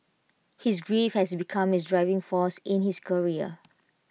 his grief has become his driving force in his career